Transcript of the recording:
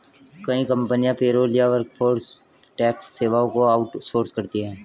कई कंपनियां पेरोल या वर्कफोर्स टैक्स सेवाओं को आउट सोर्स करती है